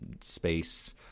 space